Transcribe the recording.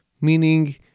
meaning